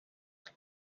kuki